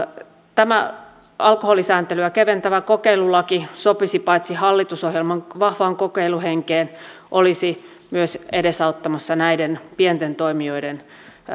tämä alkoholisääntelyä keventävä kokeilulaki sopisi paitsi hallitusohjelman vahvaan kokeiluhenkeen olisi myös edesauttamassa näiden pienten toimijoiden